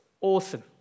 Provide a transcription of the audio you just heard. awesome